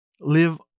Live